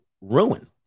ruin